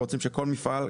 רוצים שכל מפעל,